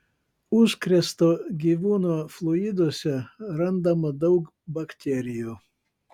užkrėsto gyvūno fluiduose randama daug bakterijų